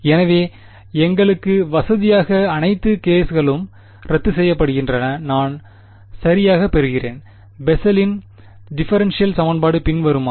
எனவே எங்களுக்கு வசதியாக அனைத்து ks களும் ரத்துசெய்யப்படுகின்றன நான் சரியாகப் பெறுகிறேன் பெசலின் டிஃபரென்ஷியல் சமன்பாடு பின்வருமாறு